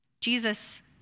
Jesus